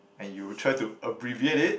and you try to abbreviate it